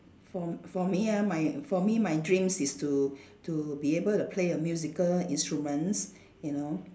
for for me ah for me my dreams is to to be able to play a musical instruments you know